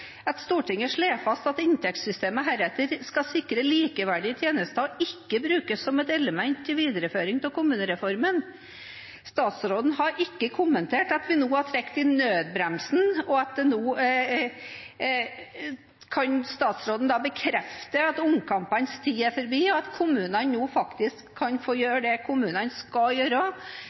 at Stortinget slår fast at inntektssystemet heretter skal sikre likeverdige tjenester og ikke skal brukes som et element i videreføring av kommunereformen. Statsråden har ikke kommentert at vi nå har trukket i nødbremsen. Kan statsråden bekrefte at omkampenes tid er forbi, og at kommunene nå kan få gjøre det kommunene skal gjøre